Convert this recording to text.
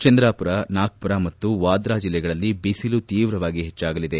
ಚಂದ್ರಾಪುರ ನಾಗ್ದುರ ಮತ್ತು ವಾರ್ಧಾ ಜಿಲ್ಲೆಗಳಲ್ಲಿ ಬಿಸಿಲು ತೀವ್ರವಾಗಿ ಹೆಚ್ಲಾಗಲಿದೆ